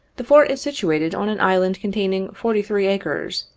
the fort is situated on an island containing forty-three acres,